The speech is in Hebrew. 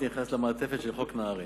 באופן אוטומטי אתה נכנס למעטפת של חוק נהרי.